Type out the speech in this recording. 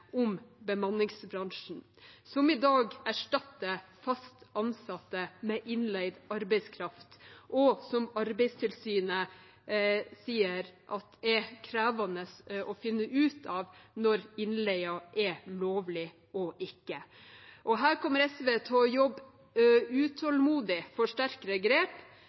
om bemanningsbransjen, som i dag erstatter fast ansatte med innleid arbeidskraft, og hvor Arbeidstilsynet sier det er krevende å finne ut når innleie er lovlig og ikke. Her kommer SV til å jobbe utålmodig for sterkere grep